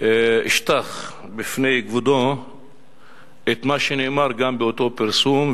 אשטח בפני כבודו את מה שנאמר גם באותו פרסום,